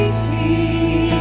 see